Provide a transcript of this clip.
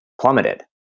plummeted